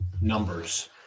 numbers